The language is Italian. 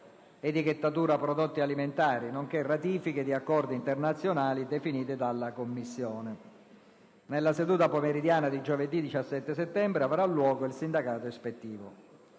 etichettatura prodotti alimentari; nonché ratifiche di accordi internazionali definite dalla Commissione. Nella seduta pomeridiana di giovedì 17 settembre avrà luogo il sindacato ispettivo.